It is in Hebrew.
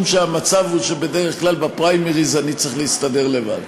שהמצב הוא שבדרך כלל בפריימריז אני צריך להסתדר לבד.